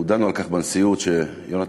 הודענו על כך בנשיאות, שיונתן